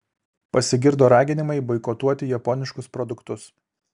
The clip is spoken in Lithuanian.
pasigirdo raginimai boikotuoti japoniškus produktus